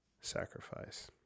sacrifice